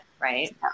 right